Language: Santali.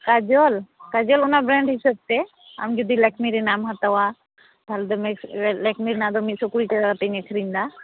ᱠᱟᱡᱚᱞ ᱠᱟᱡᱚᱞ ᱚᱱᱟ ᱵᱮᱨᱮᱱᱰ ᱦᱤᱥᱟᱹᱵ ᱛᱮ ᱟᱢ ᱡᱩᱫᱤ ᱞᱟᱠᱥᱢᱤ ᱨᱮᱱᱟᱜ ᱮᱢ ᱦᱟᱛᱟᱣᱟ ᱛᱟᱦᱚᱞᱮ ᱫᱚ ᱞᱟᱠᱥᱢᱤ ᱨᱮᱱᱟᱜ ᱫᱚ ᱢᱤᱫᱥᱚ ᱠᱩᱲᱤ ᱴᱟᱠᱟ ᱠᱟᱛᱤᱧ ᱟᱹᱠᱷᱟᱨᱤᱧ ᱮᱫᱟ